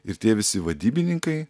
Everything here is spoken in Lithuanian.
ir tie visi vadybininkai